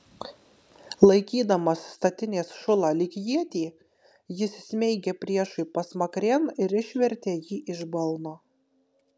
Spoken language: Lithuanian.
laikydamas statinės šulą lyg ietį jis smeigė priešui pasmakrėn ir išvertė jį iš balno